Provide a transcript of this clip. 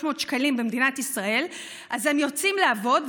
שקלים במדינת ישראל אז הם יוצאים לעבוד,